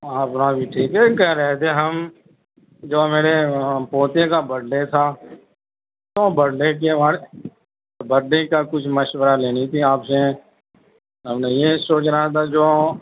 اپنا بھی ٹھیک ہے یہ کہہ رہے تھے ہم جو میرے پوتے کا بر ڈے تھا تو بر ڈے کے تو بر ڈے کا کچھ مشورہ لینی تھی آپ سے ہم نے یہ سوچ رہا تھا جو